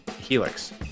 Helix